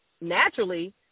naturally